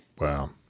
Wow